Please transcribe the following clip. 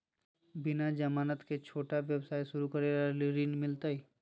बिना जमानत के, छोटा व्यवसाय शुरू करे ला ऋण मिलतई?